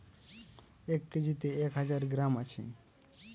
এক কেজিতে এক হাজার গ্রাম আছে